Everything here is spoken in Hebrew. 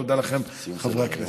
תודה לכם, חברי הכנסת.